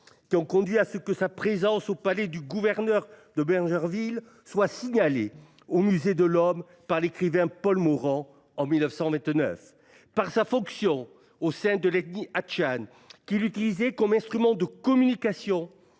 qui ont conduit à ce que sa présence au palais du gouverneur de Bergerville soit signalée au Musée de l'Homme par l'écrivain Paul Morand en 1929, par sa fonction au sein de l'ethnie hachane qu'il utilisait comme instrument de communication